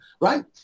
Right